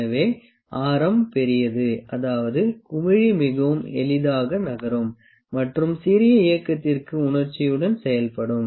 எனவே ஆரம் பெரியது அதாவது குமிழி மிகவும் எளிதாக நகரும் மற்றும் சிறிய இயக்கத்திற்கு உணர்ச்சியுடன் செயல்படும்